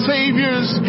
Savior's